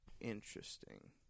interesting